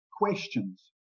questions